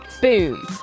boom